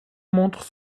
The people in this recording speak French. montre